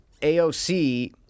AOC